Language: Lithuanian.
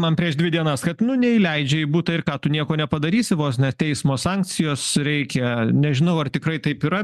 man prieš dvi dienas kad nu neįleidžia į butą ir ką tu nieko nepadarysi vos ne teismo sankcijos reikia nežinau ar tikrai taip yra